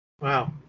Wow